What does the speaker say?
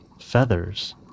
feathers